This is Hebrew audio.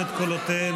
לא עובד.